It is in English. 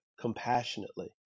compassionately